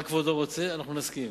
מה כבודו רוצה, אנחנו נסכים.